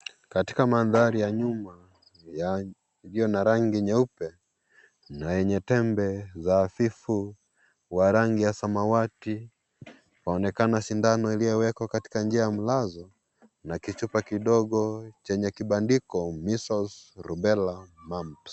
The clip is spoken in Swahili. Katika mandhari ya nyumba ulio na rangi nyeupe na yenye tembe za afifu wa rangi ya samawati waonekana sindano iliyowekwa katika njia ya mlazo na kichupa kidogo chenye kibandiko Measles Rubela, Mumps .